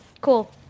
cool